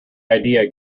idea